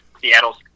Seattle